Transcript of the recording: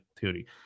theory